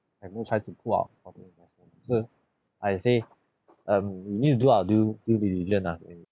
I've no chance to pull out from it so I'll say um we need to do our due due diligent lah I mean